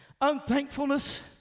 Unthankfulness